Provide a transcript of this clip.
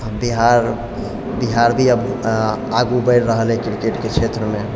बिहार बिहार भी आब आगू बढ़ि रहल अइ किरकेटके क्षेत्रमे